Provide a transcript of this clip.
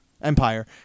Empire